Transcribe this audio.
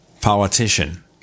politician